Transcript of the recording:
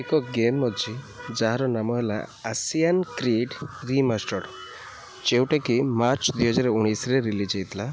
ଏକ ଗେମ୍ ଅଛି ଯାହାର ନାମ ହେଲା ଆସିଆନ୍ କ୍ରିଡ଼ ରିମାଷ୍ଟର୍ଡ଼ ଯେଉଁଟାକି ମାର୍ଚ୍ଚ ଦୁଇହଜାର ଉଣେଇଶରେ ରିଲିଜ ହେଇଥିଲା